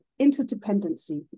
interdependency